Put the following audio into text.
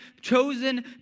chosen